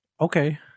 okay